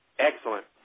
Excellent